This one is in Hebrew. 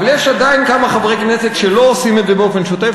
אבל יש עדיין כמה חברי כנסת שלא עושים את זה באופן שוטף.